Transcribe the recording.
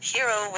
Hero